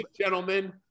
gentlemen